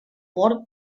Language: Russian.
пор